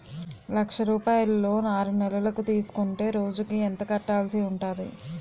లక్ష రూపాయలు లోన్ ఆరునెలల కు తీసుకుంటే రోజుకి ఎంత కట్టాల్సి ఉంటాది?